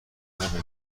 آشپزی